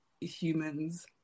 humans